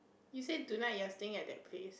you said tonight you're staying at that place